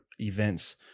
events